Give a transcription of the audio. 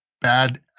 bad